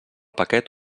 paquet